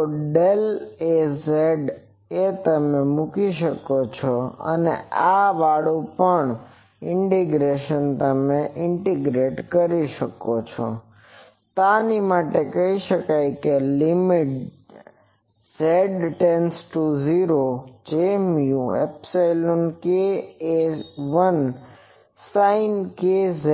તો del Az એ તમે મૂકી શકો છો અને આ વાળું પણ તમે ઇન્ટીગ્રેટ કરી શકો છોતે lim⁡jz →0 μϵkA1sin Kz B1cos Kz k2 jμϵ A1Ksin Kz B1Kcos Kz limit z tends to 0 j mu epsilon k A1 sine kz